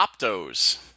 optos